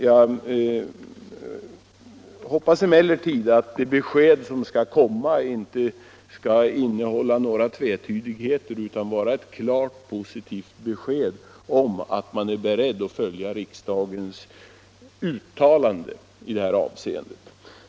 Jag hoppas emellertid att det besked som kommer att lämnas inte skall innehålla några tvetydigheter, utan vara ett klart positivt besked om att regeringen är beredd att följa riksdagens uttalande och ge området nya jobb.